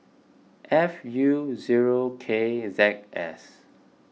F U zero K Z S